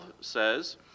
says